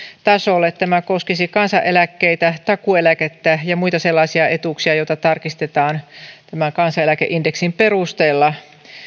tasolle tämä koskisi kansaneläkkeitä takuueläkettä ja muita sellaisia etuuksia joita tarkistetaan tämän kansaneläkeindeksin perusteella